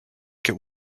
think